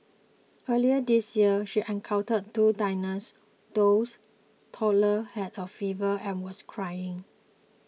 earlier this year she encountered two diners those toddler had a fever and was crying